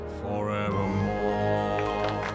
forevermore